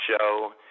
show